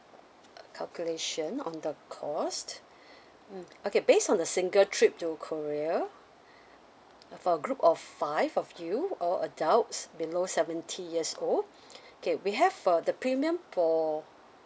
calculation on the cost mm okay based on the single trip to korea for a group of five of you all adults below seventy years old okay we have a the premium for